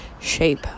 shape